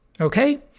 Okay